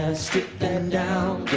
strip that down